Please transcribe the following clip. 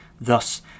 Thus